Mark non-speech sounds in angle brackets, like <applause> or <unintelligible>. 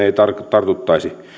<unintelligible> ei tartuttaisi